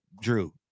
Drew